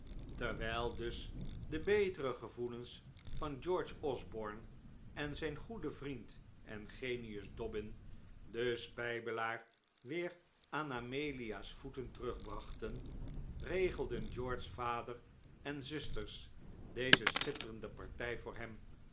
terwijl dus de betere gevoelens van george osborne en zijn goede vriend en genius dobbin den spijbelaar weer aan amelia's voeten terugbrachten regelden george's vader en zusters deze schitterende partij voor hem